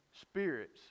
spirits